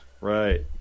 right